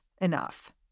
enough